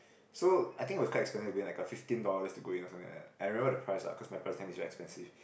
so I think it was quite expensive to go in like fifteen dollars to go in or something like that I remember the price lah cause my parents tell me it's expensive